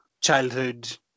childhood